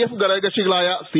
F ഘടകകക്ഷികളായ C